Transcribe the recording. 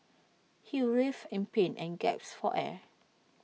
he writhed in pain and gasped for air